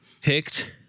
picked